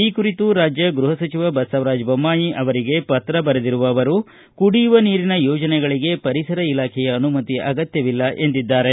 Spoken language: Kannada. ಈ ಕುರಿತು ರಾಜ್ಜ ಗೃಹ ಸಚಿವ ಬಸವರಾಜ ಬೊಮ್ನಾಯಿ ಅವರಿಗೆ ಪತ್ರ ಬರೆದಿರುವ ಅವರು ಕುಡಿಯುವ ನೀರಿನ ಯೋಜನೆಗಳಿಗೆ ಪರಿಸರ ಇಲಾಖೆಯ ಅನುಮತಿ ಅಗತ್ಯವಿಲ್ಲ ಎಂದಿದ್ದಾರೆ